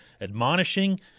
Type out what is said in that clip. admonishing